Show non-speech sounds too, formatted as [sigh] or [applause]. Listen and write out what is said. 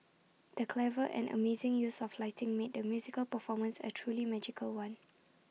the clever and amazing use of lighting made the musical performance A truly magical one [noise]